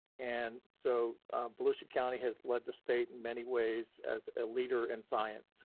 and so volusia county has led the state in many ways as a leader in science,